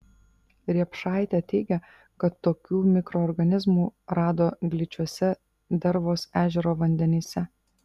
riepšaitė teigia kad tokių mikroorganizmų rado gličiuose dervos ežero vandenyse